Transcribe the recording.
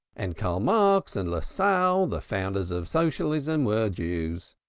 and karl marx and lassalle, the founders of socialism, were jews.